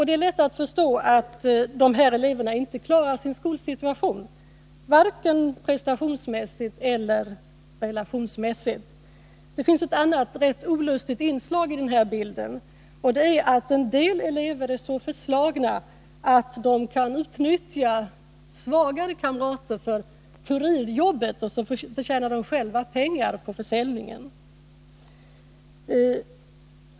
Det är lätt att förstå att de här eleverna inte klarar sin skolsituation — varken prestations mässigt eller relationsmässigt. Det finns ett annat rätt olustigt inslag i den här bilden, nämligen att en del elever är så förslagna att de kan utnyttja svagare kamrater för kurirjobbet, och sedan förtjänar de själva pengar på försäljningen.